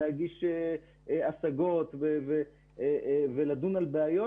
ולהגיש השגות ולדון על בעיות.